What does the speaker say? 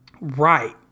Right